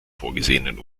vorgesehenen